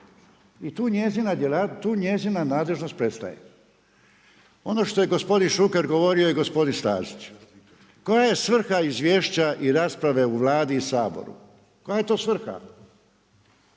I tu njezina nadležnost prestaje. Ono što je gospodin Šuker govorio i gospodin Stazić koja je svrha izvješća i rasprave u Vladi i Saboru, koje je to svrha?